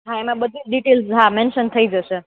હા એમાં બધી જ ડિટેલ હા મેનશન થઈ જશે